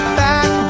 back